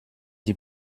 die